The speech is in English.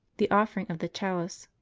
the offering of the chalice